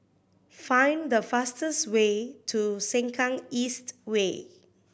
find the fastest way to Sengkang East Way